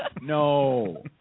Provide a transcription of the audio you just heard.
No